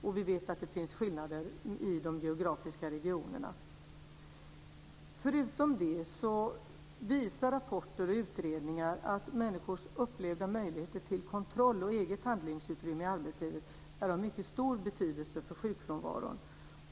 Och vi vet att det finns skillnader i de geografiska regionerna. Förutom detta visar rapporter och utredningar att människors upplevda möjligheter till kontroll och eget handlingsutrymme i arbetslivet är av mycket stor betydelse för sjukfrånvaron.